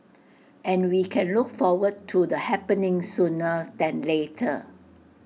and we can look forward to the happening sooner than later